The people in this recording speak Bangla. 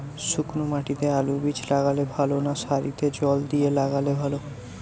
শুক্নো মাটিতে আলুবীজ লাগালে ভালো না সারিতে জল দিয়ে লাগালে ভালো?